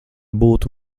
būtu